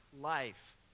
life